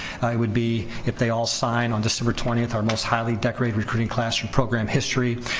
it would be, if they all sign on december twentieth, our most highly decorated recruiting class in program history.